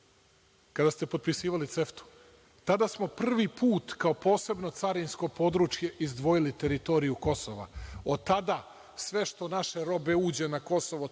kada ste potpisivali CEFTA, tada smo prvi put kao posebno carinsko područje izdvojili teritoriju Kosova, od tada sve što naše robe uđe na Kosovo